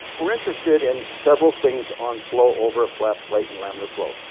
we're interested in several things on flow over flap, plate and laminar flow.